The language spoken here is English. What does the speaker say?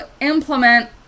implement